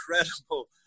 incredible